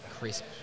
crisp